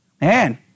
Man